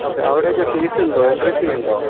okay അവിടെയൊക്കെ fees ഉണ്ടോ entry fee ഉണ്ടോ